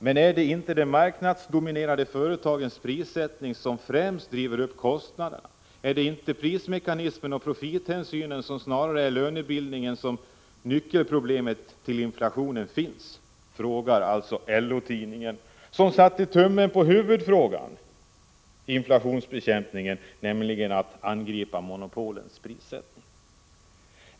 Men är det inte de marknadsdominerande företagens prissättning, som främst driver upp kostnaderna? Är det inte i prismekanismerna och profithänsynen snarare än i lönebildningen som nyckelproblemet till inflationen finns?” LO-tidningen sätter tummen på huvudfrågan i inflationsbekämpningen, när den angriper monopolens prissättning.